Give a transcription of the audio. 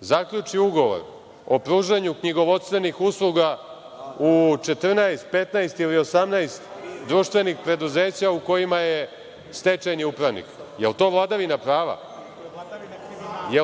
zaključi ugovor o pružanju knjigovodstvenih usluga u 14, 15 ili 18 društvenih preduzeća u kojima je stečajni upravnik. Da li je to vladavina prava? Da li